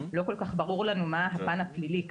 לא כל כך ברור לנו מה הפן הפלילי כאן.